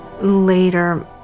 later